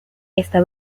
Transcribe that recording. está